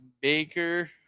Baker